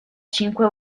cinque